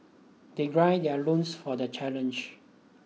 they grind their loins for the challenge